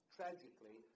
Tragically